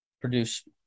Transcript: produce